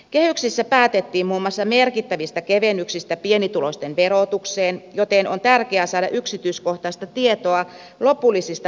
kehyksissä päätettiin muun muassa merkittävistä kevennyksistä pienituloisten verotukseen joten on tärkeää saada yksityiskohtaista tietoa lopullisista tulonjakovaikutuksista